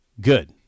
Good